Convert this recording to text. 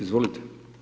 Izvolite.